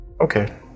Okay